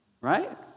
Right